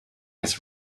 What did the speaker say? his